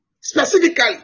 specifically